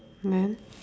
then